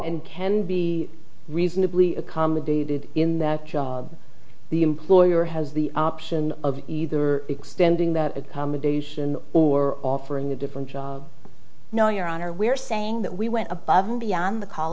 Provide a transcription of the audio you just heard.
that can be reasonably accommodated in that job the employer has the option of either extending the accommodation or offering a different job no your honor we're saying that we went above and beyond the call